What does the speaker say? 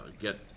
get